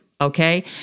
Okay